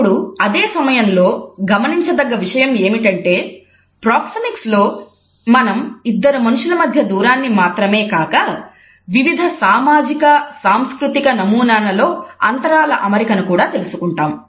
ఇప్పుడు అదే సమయంలో గమనించదగ్గ విషయం ఏమిటంటే ప్రోక్సెమిక్స్ లో మనం ఇద్దరు మనుషుల మధ్య దూరాన్ని మాత్రమే కాక వివిధ సామాజిక సాంస్కృతిక నమూనాలలో అంతరాల అమరికను కూడా తెలుసుకుంటాం